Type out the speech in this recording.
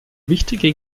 wichtige